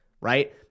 right